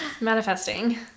Manifesting